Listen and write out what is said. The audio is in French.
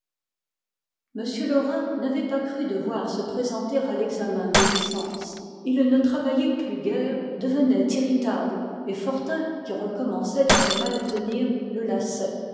m laurin n'avait pas cru devoir se présenter à l'examen de licence il ne travaillait plus guère devenait irritable et fortin qui recommençait à se mal tenir le